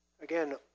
Again